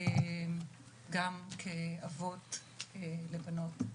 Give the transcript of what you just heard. גם כאבות לבנות,